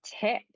tip